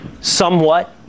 somewhat